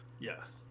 Yes